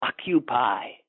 occupy